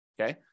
okay